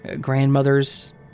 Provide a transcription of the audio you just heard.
Grandmother's